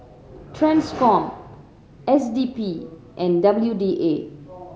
Transcom S D P and W D A